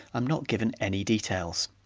i'm not given any details.